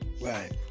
right